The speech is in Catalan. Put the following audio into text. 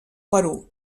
perú